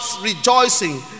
rejoicing